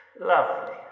lovely